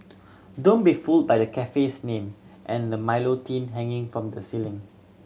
don't be fooled by the cafe's name and the Milo tin hanging from the ceiling